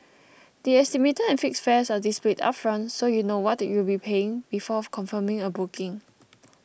the estimated and fixed fares are displayed upfront so you know what you'll be paying before confirming a booking